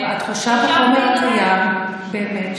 התחושה בחומר הקיים היא באמת,